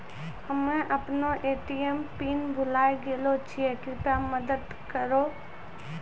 हम्मे अपनो ATM pin भुलाय गेलो छियै, कृपया मदत करहो